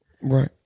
Right